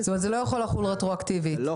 זאת אומרת שזה לא יכול רטרואקטיבית, נכון?